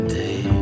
day